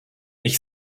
ich